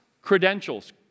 credentials